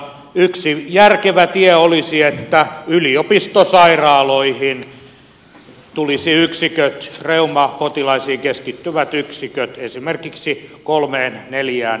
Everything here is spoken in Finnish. yksi järkevä tie olisi että yliopistosairaaloihin tulisi reumapotilaisiin keskittyvät yksiköt esimerkiksi kolmeen neljään yliopistosairaalaan suomessa